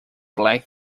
black